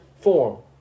form